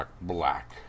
Black